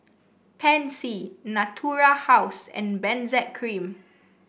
Pansy Natura House and Benzac Cream